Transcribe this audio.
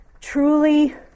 Truly